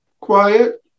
quiet